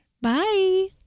Bye